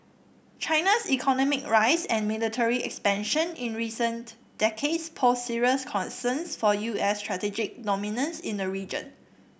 China's economic rise and military expansion in recent decades pose serious concerns for U S strategic dominance in the region